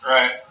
Right